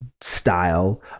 style